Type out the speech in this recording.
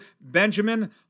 Benjamin